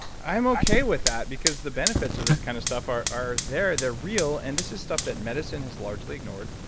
i'm okay with that because the benefits of this kind of stuff are are there. they're real. and this is stuff that medicine has largely ignored,